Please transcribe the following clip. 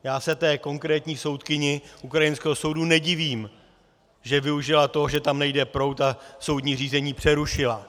Já se té konkrétní soudkyni ukrajinského soudu nedivím, že využila toho, že tam nejde proud, a soudní řízení přerušila.